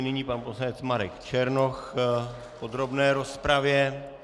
Nyní pan poslanec Marek Černoch v podrobné rozpravě.